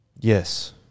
yes